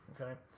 Okay